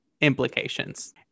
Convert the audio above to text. implications